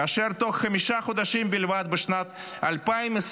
כאשר בתוך חמישה חודשים בלבד בשנת 2024